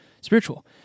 spiritual